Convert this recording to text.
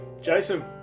Jason